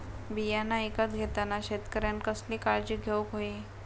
बियाणा ईकत घेताना शेतकऱ्यानं कसली काळजी घेऊक होई?